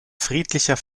friedlicher